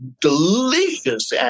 delicious